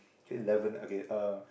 K eleven okay uh